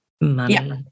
money